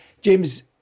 James